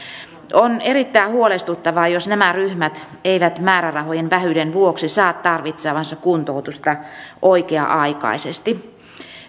on erittäin huolestuttavaa jos nämä ryhmät eivät määrärahojen vähyyden vuoksi saa tarvitsemaansa kuntoutusta oikea aikaisesti